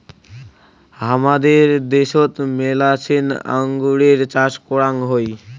হামাদের দ্যাশোত মেলাছেন আঙুরের চাষ করাং হই